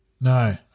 no